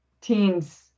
teens